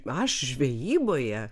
aš žvejyboje kadangi